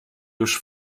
już